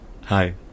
Hi